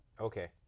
okay